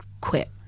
quit